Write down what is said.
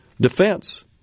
defense